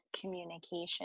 communication